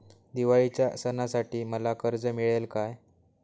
दिवाळीच्या सणासाठी मला कर्ज मिळेल काय?